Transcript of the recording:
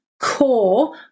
core